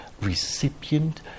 recipient